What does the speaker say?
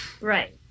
Right